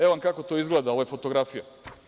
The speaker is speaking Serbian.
Evo, kako to izgleda, ovo je fotografija.